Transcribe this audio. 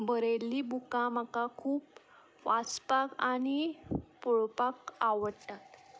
बरयल्लीं बुकां म्हाका खूब वाचपाक आनी पळोवपाक आवडटात